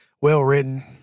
well-written